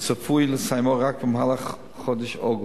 וצפוי לסיימה רק במהלך חודש אוגוסט.